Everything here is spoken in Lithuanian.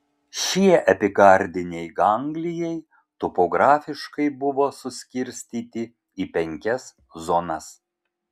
šie epikardiniai ganglijai topografiškai buvo suskirstyti į penkias zonas